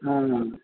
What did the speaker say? అవును అవును